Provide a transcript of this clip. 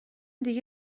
دیگه